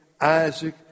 Isaac